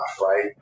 right